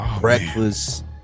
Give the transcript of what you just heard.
breakfast